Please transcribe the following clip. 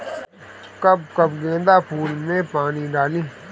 कब कब गेंदा फुल में पानी डाली?